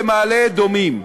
במעלה-אדומים.